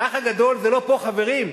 האח הגדול זה לא פה, חברים.